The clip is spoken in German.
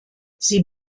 sie